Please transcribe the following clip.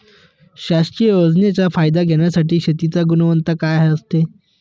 शासकीय योजनेचा फायदा घेण्यासाठी शेतीची गुणवत्ता काय असते?